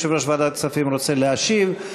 יושב-ראש ועדת הכספים רוצה להשיב.